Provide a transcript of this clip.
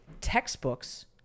textbooks